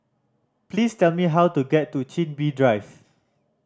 please tell me how to get to Chin Bee Drive